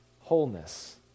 wholeness